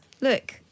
Look